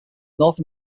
north